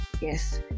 Yes